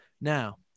Now